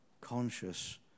conscious